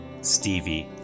Stevie